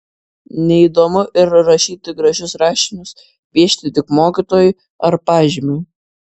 neįdomu ir rašyti gražius rašinius piešti tik mokytojui ar pažymiui